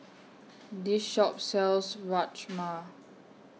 This Shop sells Rajma